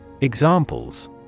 Examples